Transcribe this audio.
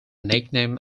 nickname